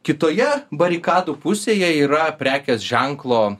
kitoje barikadų pusėje yra prekės ženklo